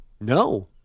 No